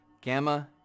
gamma